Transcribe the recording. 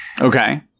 Okay